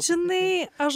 žinai aš